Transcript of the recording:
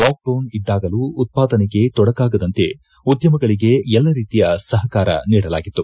lock down ಇದ್ದಾಗಲೂ ಉತ್ಪಾದನೆಗೆ ತೊಡಕಾಗದಂತೆ ಉದ್ಯಮಗಳಿಗೆ ಎಲ್ಲ ರೀತಿಯ ಸಹಕಾರ ನೀಡಲಾಗಿತ್ತು